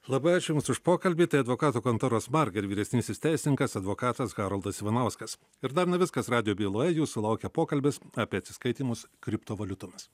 labai ačiū jums už pokalbį tai advokatų kontoros marger vyresnysis teisininkas advokatas haroldas ivanauskas ir dar ne viskas radijo byloj jūsų laukia pokalbis apie atsiskaitymus kriptovaliutomis